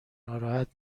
ناراحت